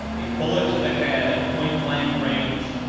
a bullet to the head at point blank range,